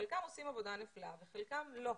שחלקם עושים עבודה נפלאה וחלקם לא.